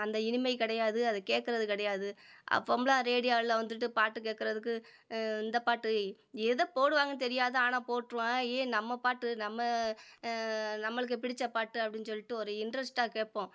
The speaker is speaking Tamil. அந்த இனிமை கிடையாது அதை கேட்கறது கிடையாது அப்போம்லாம் ரேடியோவில் வந்துட்டு பாட்டு கேட்கறதுக்கு இந்த பாட்டு வை எதை போடுவாங்கன்னு தெரியாது ஆனால் போட்டிருவான் ஏ நம்ப பாட்டு நம்ம நம்மளுக்கு பிடித்த பாட்டு அப்படின்னு சொல்லிட்டு ஒரு இன்ட்ரெஸ்ட்டாக கேட்போம்